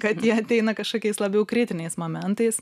kad jie ateina kažkokiais labiau kritiniais momentais